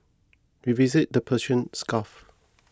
we visited the Persian Gulf